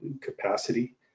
capacity